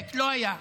לא היה.